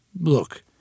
Look